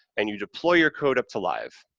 and you deploy your code up to live.